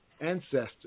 ancestors